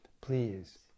please